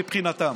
מבחינתם.